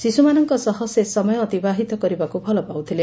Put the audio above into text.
ଶିଶ୍ୱମାନଙ୍କ ସହ ସେ ସମୟ ଅତିବାହିତ କରିବାକୁ ଖୁବ୍ ଭଲପାଉଥିଲେ